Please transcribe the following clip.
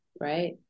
Right